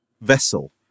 vessel